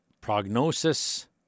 Prognosis